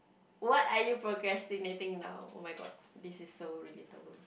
what are you procrastinating now oh-my-god this is so relatable